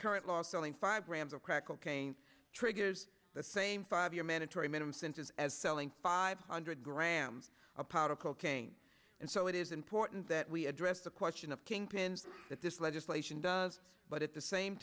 selling five grams of crack cocaine triggers the same five year mandatory minimum sentence as selling five hundred gram of powder cocaine and so it is important that we address the question of kingpins that this legislation does but at the same